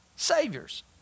saviors